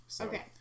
Okay